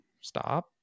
stop